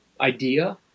idea